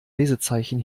lesezeichen